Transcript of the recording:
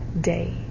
day